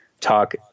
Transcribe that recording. talk